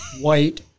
White